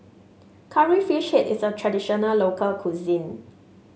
Curry Fish Head is a traditional local cuisine